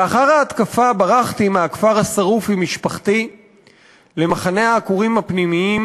לאחר ההתקפה ברחתי מהכפר השרוף עם משפחתי למחנה העקורים הפנימיים.